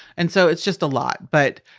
and so it's just a lot. but,